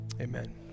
amen